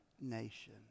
nation